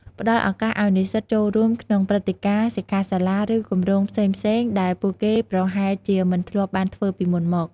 ផ្តល់ឱកាសឱ្យនិស្សិតចូលរួមក្នុងព្រឹត្តិការណ៍ សិក្ខាសាលា ឬគម្រោងផ្សេងៗដែលពួកគេប្រហែលជាមិនធ្លាប់បានធ្វើពីមុនមក។